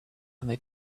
they